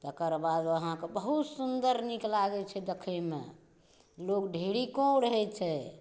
तकर बाद अहाँकेॅं बहुत सुन्दर नीक लागै छै देखैमे लोक ढ़ेरिको रहै छै